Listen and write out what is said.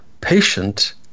patient